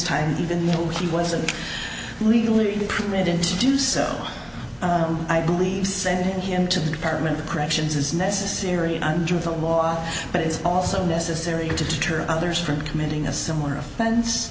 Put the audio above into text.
time even though he wasn't legally permitted to do so i believe send him to the department of corrections as necessary under the law but it's also necessary to deter others from committing a similar